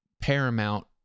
paramount